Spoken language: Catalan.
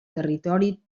territori